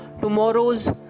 tomorrow's